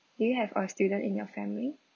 do you have a student in your family